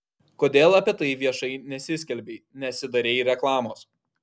kodėl apie tai viešai nesiskelbei nesidarei reklamos